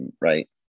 right